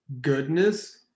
goodness